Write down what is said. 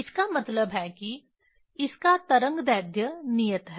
इसका मतलब है कि इसका तरंगदैर्ध्य नियत है